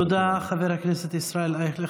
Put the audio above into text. תודה, חבר הכנסת ישראל אייכלר.